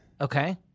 Okay